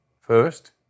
First